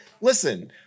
listen